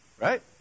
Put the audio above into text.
right